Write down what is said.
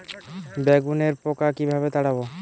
বেগুনের পোকা কিভাবে তাড়াব?